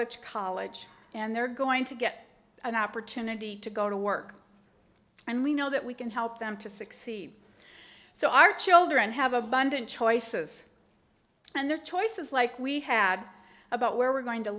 to college and they're going to get an opportunity to go to work and we know that we can help them to succeed so our children have abundant choices and they're choices like we had about where we're going to